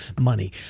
money